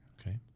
Okay